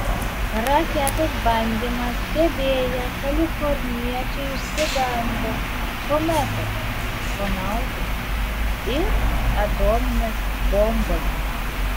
raketos bandymą stebėję kaliforniečiai išsigando kometos ufonautų ir atominės bombos